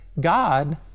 God